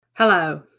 Hello